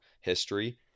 history